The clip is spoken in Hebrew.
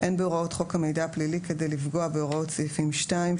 אין בהוראות חוק המידע הפלילי כדי לפגוע בהוראות סעיפים 2,